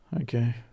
okay